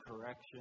correction